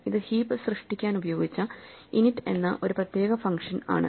ഇത് ഹീപ്പ് സൃഷ്ടിക്കാൻ ഉപയോഗിച്ച init എന്ന ഒരു പ്രത്യേക ഫങ്ഷൻ ആണ്